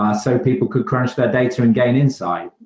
ah so people could crunch their data and get insight.